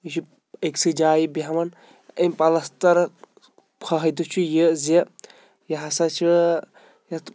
یہِ چھُ أکۍ سٕے جایہِ بیٚہوان أمۍ پَلَستَرن فٲیِدٕ چھُ یہِ زِ یہِ ہَسا چھُ یَتھ